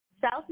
South